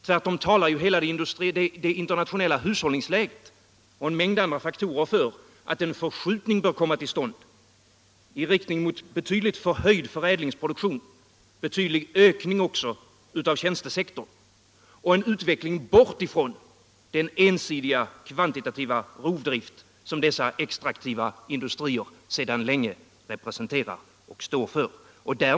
Tvärtom talar hela det internationella hushållningsläget och en mängd andra faktorer för att en förskjutning bör komma till stånd i riktning mot en betydligt förhöjd förädlingsproduktion, mot en betydande ökning av tjänstesektorn och en utvidgning bort från den ensidigt kvantitativa rovdrift som dessa extraktiva industrier sedan länge står för.